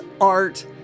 art